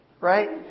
right